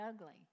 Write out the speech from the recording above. ugly